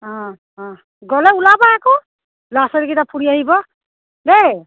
অঁ অঁ গ'লে ওলাব আকৌ ল'ৰা ছোৱালীকেইটা ফুৰি আহিব দেই